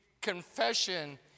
confession